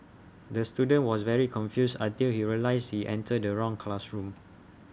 the student was very confused until he realised he entered the wrong classroom